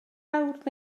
awr